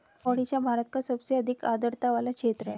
ओडिशा भारत का सबसे अधिक आद्रता वाला क्षेत्र है